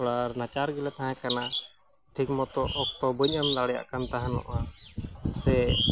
ᱛᱷᱚᱲᱟ ᱱᱟᱪᱟᱨᱜᱮᱞᱮ ᱛᱟᱦᱮᱸ ᱠᱟᱱᱟ ᱴᱷᱤᱠᱢᱚᱛᱚ ᱚᱠᱛᱚ ᱵᱟᱹᱧ ᱮᱢ ᱫᱟᱲᱮᱭᱟᱜᱠᱟᱱ ᱛᱟᱦᱮᱱᱚᱜᱼᱟ ᱥᱮ